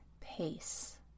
pace